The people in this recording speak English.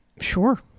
Sure